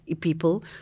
people